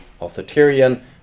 authoritarian